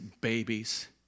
babies